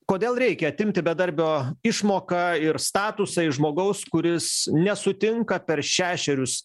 kodėl reikia atimti bedarbio išmoką ir statusą iš žmogaus kuris nesutinka per šešerius